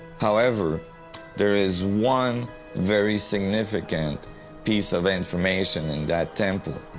however there is one very significant piece of information in that temple